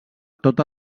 tota